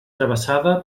travessada